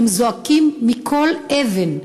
הם זועקים מכל אבן,